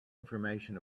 information